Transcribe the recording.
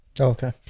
Okay